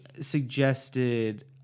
suggested